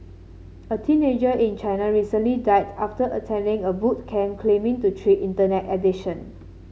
a teenager in China recently died after attending a boot camp claiming to treat Internet addiction